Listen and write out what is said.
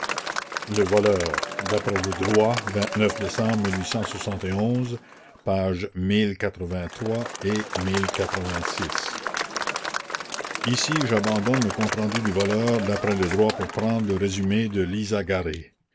le voleur d'après le droit page et ci jabandonne le compte-rendu du voleur d'après le droit pour prendre le résumé de lissagaray